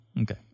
okay